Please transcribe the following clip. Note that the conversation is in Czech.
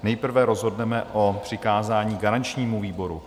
Nejprve rozhodneme o přikázání garančnímu výboru.